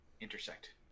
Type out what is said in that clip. intersect